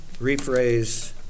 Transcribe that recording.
rephrase